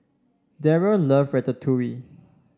Derrell love Ratatouille